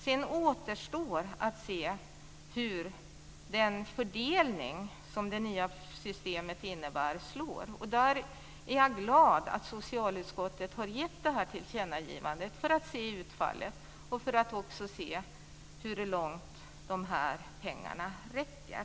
Sedan återstår det att se hur den fördelning som det nya systemet innebär slår. Jag är glad över att socialutskottet har gjort detta tillkännagivande för att man ska kunna se vilket utfallet blir och hur långt pengarna räcker.